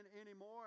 anymore